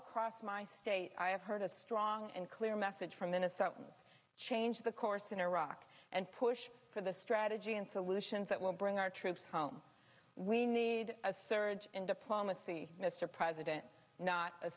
across my state i have heard a strong and clear message from innocent change the course in iraq and push for the strategy and solutions that will bring our troops home we need a surge in diplomacy mr president not a